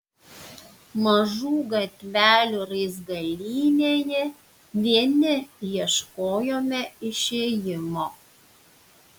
mažų gatvelių raizgalynėje vieni ieškojome išėjimo